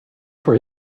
for